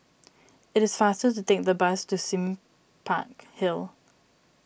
it is faster to take the bus to Sime Park Hill